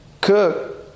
Cook